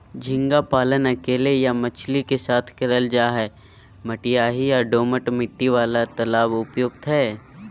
झींगा पालन अकेले या मछली के साथ करल जा हई, मटियाही या दोमट मिट्टी वाला तालाब उपयुक्त हई